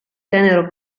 tenero